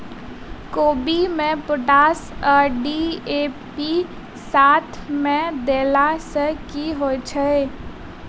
कोबी मे पोटाश आ डी.ए.पी साथ मे देला सऽ की होइ छै?